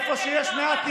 איפה שיש מעט,